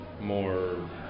more